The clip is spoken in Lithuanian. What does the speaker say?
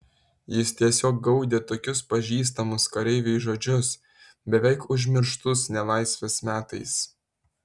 jis tiesiog gaudė tokius pažįstamus kareiviui žodžius beveik užmirštus nelaisvės metais